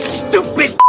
stupid